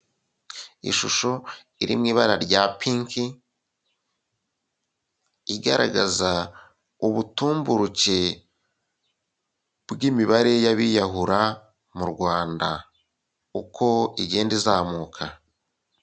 Ishusho iri mu ibara rya pinki, igaragaza ubutumburuke bw'imibare y'abiyahura mu Rwanda uko igenda izamuka.